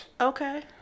Okay